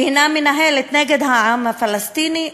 שהיא מנהלת נגד העם הפלסטיני,